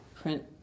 print